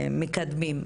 מקדמים.